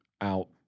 out